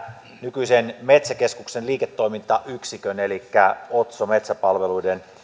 nykyisen metsäkeskuksen liiketoimintayksikön elikkä otso metsäpalveluiden